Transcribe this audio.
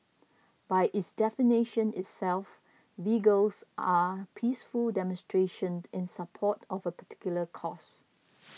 by its definition itself vigils are peaceful demonstration end in support of a particular cause